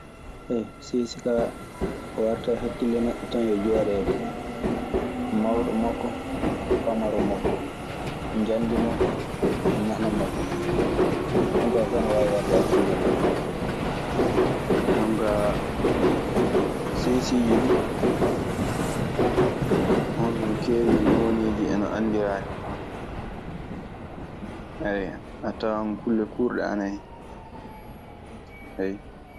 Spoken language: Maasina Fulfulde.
Seesi kaa ko warata e hakkille neɗɗo kaa yo jooɗeede: mawɗo makko, pamaro makko, njanndi makko, mana makko. Ɗun kaa fuu ana waawi warde e hakkille neɗɗo. Jonkaa seesiiji du hono nokeewiri nooneeji ana anndiraa ni. A tawan kulle kuurɗe ana hen.